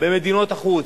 במדינות החוץ,